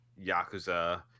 Yakuza